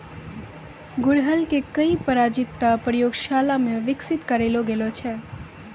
गुड़हल के कई प्रजाति तॅ प्रयोगशाला मॅ विकसित करलो गेलो छै